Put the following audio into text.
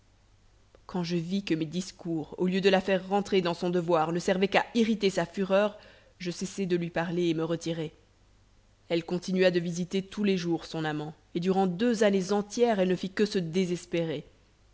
quand je vis que mes discours au lieu de la faire rentrer dans son devoir ne servaient qu'à irriter sa fureur je cessai de lui parler et me retirai elle continua de visiter tous les jours son amant et durant deux années entières elle ne fit que se désespérer